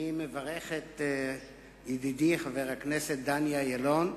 אני מברך את ידידי חבר הכנסת דני אילון.